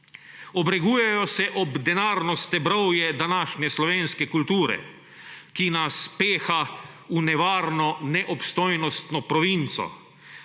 Obregujejo se ob denarno stebrovje današnje slovenske kulture, ki nas peha v nevarno neobstojnostno provinco.